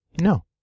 No